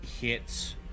hits